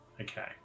okay